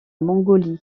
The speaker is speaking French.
mongolie